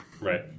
Right